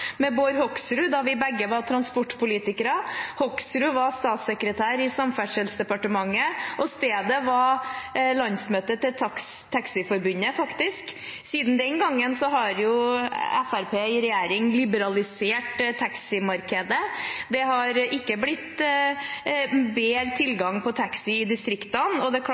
med Bård Hoksrud mens vi begge var transportpolitikere. Hoksrud var statssekretær i Samferdselsdepartementet, og stedet var landsmøtet til Taxiforbundet, faktisk. Siden den gangen har jo Fremskrittspartiet i regjering liberalisert taximarkedet. Det har ikke blitt bedre tilgang på taxi i distriktene, og det er klart